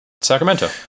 Sacramento